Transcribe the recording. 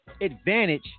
advantage